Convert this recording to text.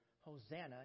Hosanna